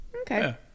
Okay